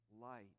light